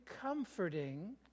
comforting